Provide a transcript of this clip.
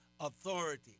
authority